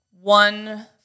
one